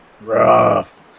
Rough